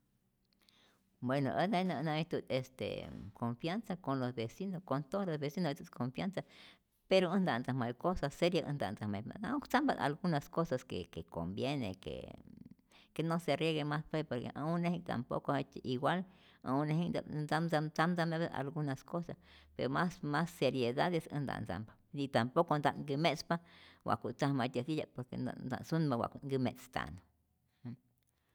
Bueno ä jenä nä'ijtu't este confianza con los vecino, con todo los vecinos nä'it confianza, pero äj nta't ntzajmapya cosas serios, ät nta't ntzajmayajpa, oktzampa't algunas cosas que que conviene que no se riegue mas, pues por que ä uneji'k tampoco jejtzye igual, ä uneji'knhta'p mtzam tzam tzamtzamnapyatä algunas cosas, pero mas mas secierades äj nta't tzampa, ni tampoco nta't nkäme'tzpa wa'ku't tzajmatyäj titya'p por que nta't nta't sunpa wa'ku't nkäme'tzta'nu.